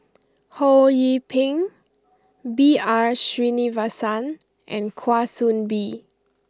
Ho Yee Ping B R Sreenivasan and Kwa Soon Bee